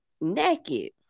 naked